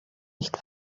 nicht